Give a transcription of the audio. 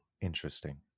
interesting